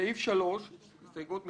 הסתייגות 64: